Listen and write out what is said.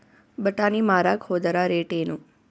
ಬಟಾನಿ ಮಾರಾಕ್ ಹೋದರ ರೇಟೇನು?